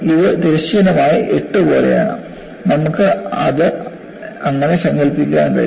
ഇത് തിരശ്ചീനമായി എട്ട് പോലെയാണ് നമുക്ക് അത് അങ്ങനെ സങ്കൽപ്പിക്കാൻ കഴിയും